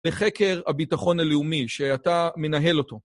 מדיניות החוץ של ארהב, האליטות הפלסטיניות והשלכות ההתנתקות - דר דן שפטן מגיע לעולם של יוזביץ